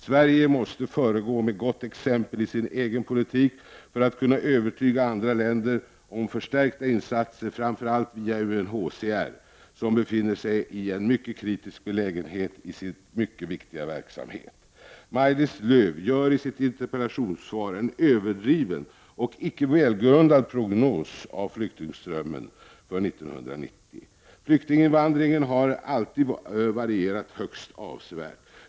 Sverige måste föregå med gott exempel i sin egen politik för att kunna övertyga andra länder om behovet av förstärkta insatser framför allt via UNHCR, som befinner sig i en mycket kritisk belägenhet i sin viktiga verksamhet. Maj-Lis Lööw gör i sitt interpellationssvar en överdriven och icke välgrundad prognos av flyktingströmmen för 1990. Flyktinginvandringen har alltid varierat högst avsevärt.